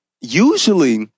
Usually